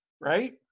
right